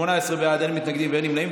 18 בעד, אין מתנגדים ואין נמנעים.